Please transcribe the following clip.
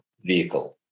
vehicle